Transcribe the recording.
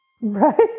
Right